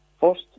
First